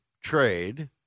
trade